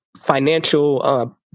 financial